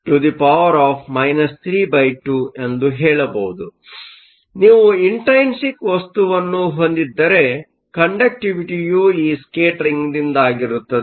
ಆದ್ದರಿಂದ ನೀವು ಇಂಟ್ರೈನ್ಸಿಕ್ ವಸ್ತುವನ್ನು ಹೊಂದಿದ್ದರೆ ಕಂಡಕ್ಟಿವಿಟಿಯು ಈ ಸ್ಕೇಟರಿಂಗ್ದಿಂದಾಗುತ್ತದೆ